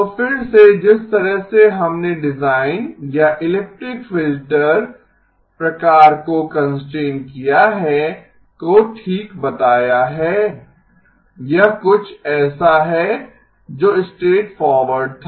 तो फिर से जिस तरह से हमने डिजाइन या इलिप्टिक फिल्टर प्रकार को कंस्ट्रेंट्स किया है को ठीक बताया है यह कुछ ऐसा है जो स्ट्रैटफॉरवर्ड था